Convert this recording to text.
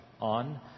on